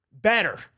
Better